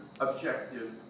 objective